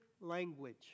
language